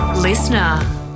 Listener